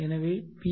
எனவே பி